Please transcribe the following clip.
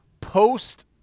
Post